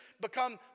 become